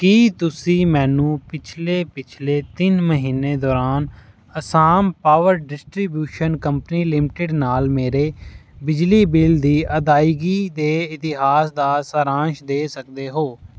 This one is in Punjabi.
ਕੀ ਤੁਸੀਂ ਮੈਨੂੰ ਪਿਛਲੇ ਪਿਛਲੇ ਤਿੰਨ ਮਹੀਨੇ ਦੌਰਾਨ Assam power distribution company limited ਨਾਲ ਮੇਰੇ ਬਿਜਲੀ ਬਿੱਲ ਦੀ ਅਦਾਇਗੀ ਦੇ ਇਤਿਹਾਸ ਦਾ ਸਾਰਾਂਸ਼ ਦੇ ਸਕਦੇ ਹੋ